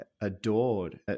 adored